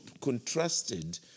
contrasted